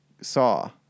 saw